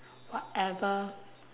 whatever